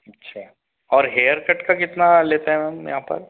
अच्छा और haircut का कितना लेते हैं मैम यहाँ पर